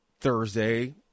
Thursday